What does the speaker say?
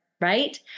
Right